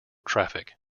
traffic